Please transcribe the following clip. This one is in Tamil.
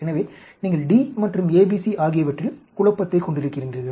எனவே நீங்கள் D மற்றும் ABC ஆகியவற்றில் குழப்பத்தைக் கொண்டிருக்கின்றீர்கள்